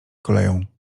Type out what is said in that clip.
koleją